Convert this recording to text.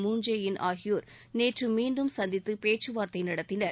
Moon Jae in ஆகியோர் நேற்று மீண்டும் சந்தித்து பேச்சு வார்த்தை நடத்தினர்